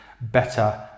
better